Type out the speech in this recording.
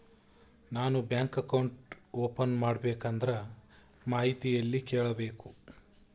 ನಾನು bank account open ಮಾಡಬೇಕಂದ್ರ ಮಾಹಿತಿ ಎಲ್ಲಿ ಕೇಳಬೇಕು?